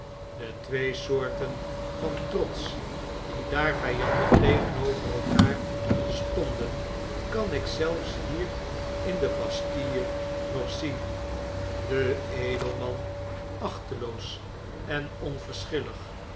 de twee soorten van trots die daar vjandig tegenover elkaar stonden kan ik zelfs hier in de bastille nog zien de edelman achteloos en